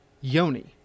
Yoni